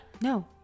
No